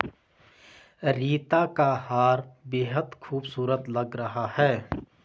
रीता का हार बेहद खूबसूरत लग रहा है